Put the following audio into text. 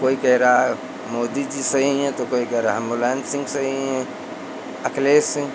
कोई कह रहा है मोदी जी सही हैं तो कोई कह रहा है मुलायम सिंह सही हैं अखिलेश सिंह